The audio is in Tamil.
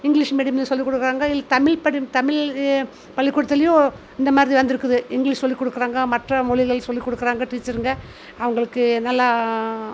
இங்கிலீஷ் மீடியம்லையும் சொல்லி கொடுக்குறாங்க இல்லை தமிழ் படிப்பு தமிழ் இது பள்ளிக்கூடத்துலையும் இந்த மாதிரி வந்து இருக்குது இங்கிலீஷ் சொல்லி கொடுக்குறாங்க மற்ற மொழிகள் சொல்லி குடுக்குறாங்க டீச்சருங்க அவுங்களுக்கு நல்லா